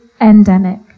endemic